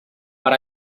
per